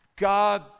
God